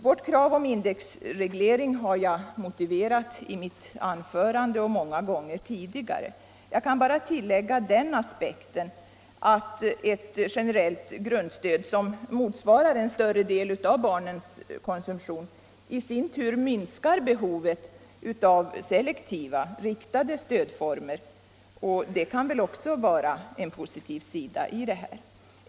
Vårt krav på indexreglering har jag motiverat i mitt huvudanförande och många gånger tidigare. Jag kan bara tillägga den aspekten att ett generellt grundstöd, som motsvarar en större del av barnens konsumtion, i sin tur minskar behovet av selektiva stödformer, och det kan alltså vara en positiv sida.